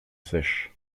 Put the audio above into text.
sèche